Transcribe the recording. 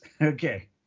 okay